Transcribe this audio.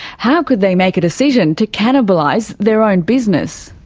how could they make a decision to cannibalise their own business?